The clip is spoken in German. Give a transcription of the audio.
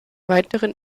weiteren